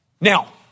Now